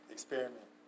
Experiment